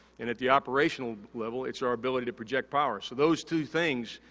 and, at the operational level, it's our ability to project power. so, those two things,